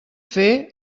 fer